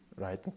right